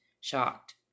shocked